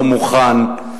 לא מוכן.